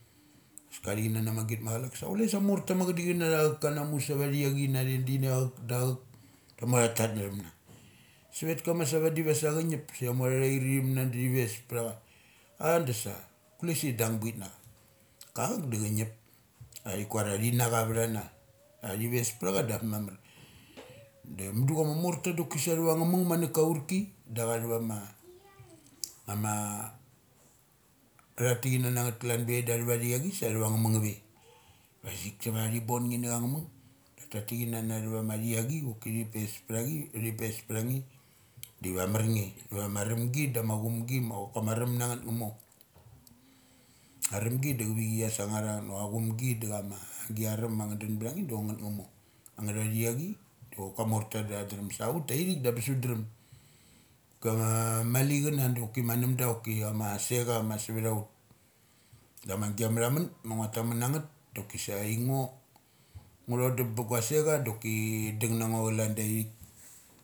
Sa cha thik kana na magit machalak sa chule sa morta ma achadichin natha auk kanamu sa vama athachei na te dini auk, da auk ta mor thatat nathim na. Savet ka masa vadi machangip, sa tha mor tha thair ithim na da thi ves ptha cha a dasa kule sa dung bit nacha. Daka auk da cha ngip. Ma thi kuar ia tina cha vi thana athai ves pthacha da bes mamar. Da mudu cha morta sa thava ma nga mung ma na ka aurki da athavama ama tha tik kana na ngeth kalan biavik sa athava nga mung nga ve. Sikia thi bon nge na nga mung tha thik kan thuva thchai doki tha pes pthachi, thi pes pthange diva amarnge. Ama ramgi dama chumgi da ma arumgi ma chok kama ram nangeth nga mor aremgi da chavichi ia sangar auth achum gi da chama agia rum ma nga dun btha bge da chok bgeth nga mor anga tha tha chei dok amorta da than drem. Sa ut tai thik da nes ut drem. Kama maili chana doki manam da ma choki asekcha savth ut. Dama gia matha mun ma ngua tamn na ngeth da kisa aingo ngo thodum ba go seucha doki dung na ngo calan da ithik.